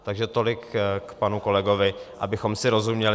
Takže tolik k panu kolegovi, abychom si rozuměli.